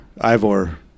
Ivor